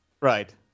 Right